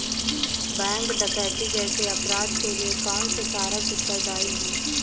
Bank डकैती जैसे अपराध के लिए कौन से कारक उत्तरदाई हैं?